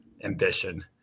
ambition